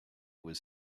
was